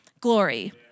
glory